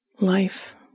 life